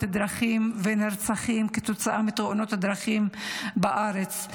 הדרכים והנרצחים כתוצאה מתאונות הדרכים בארץ.